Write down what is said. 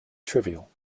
trivial